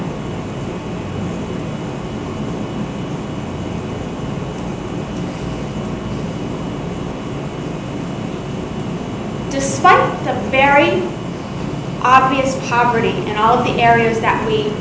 the very obvious poverty and all the areas that we